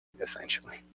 essentially